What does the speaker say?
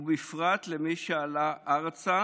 ובפרט למי שעלה ארצה